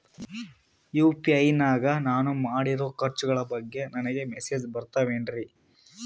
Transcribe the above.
UPI ನಾಗ ನಾನು ಮಾಡಿರೋ ಖರ್ಚುಗಳ ಬಗ್ಗೆ ನನಗೆ ಮೆಸೇಜ್ ಬರುತ್ತಾವೇನ್ರಿ?